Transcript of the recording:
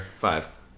five